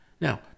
Now